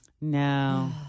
No